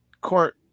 court